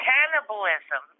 Cannibalism